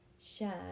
share